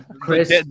Chris